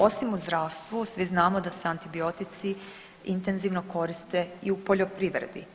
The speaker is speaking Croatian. Osim u zdravstvu svi znamo da se antibiotici intenzivno koriste i u poljoprivredi.